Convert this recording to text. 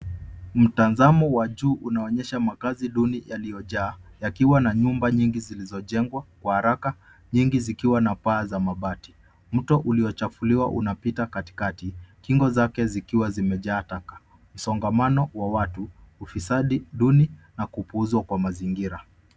Mtazamo wa juu unaonyesha makaazi duni yaliyojaa yakiwa na nyumba nyingi zilizojengwa kwa haraka nyingi zikiwa na paa za mabati. Mto uliochufuliwa unapita katikati kingo zake zikiwa zimejaa taka. Msongamano wa watu, ufisadi duni na kupuuzwa kwa mazingira.